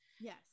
Yes